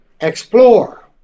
explore